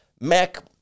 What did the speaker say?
Mac